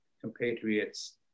compatriots